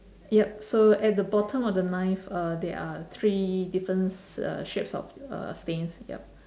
yup so at the bottom of the knife uh there are three difference uh shapes of uh stains yup